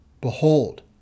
Behold